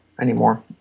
anymore